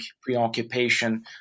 preoccupation